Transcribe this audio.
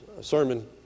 sermon